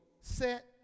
set